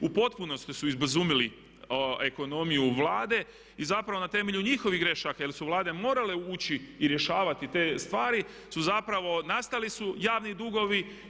U potpunosti su izbezumili ekonomiju Vlade i zapravo na temelju njihovih grešaka jer su vlade morale ući i rješavati te stvari su zapravo nastali javni dugovi.